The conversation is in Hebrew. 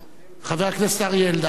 חבר הכנסת אריה אלדד, בבקשה.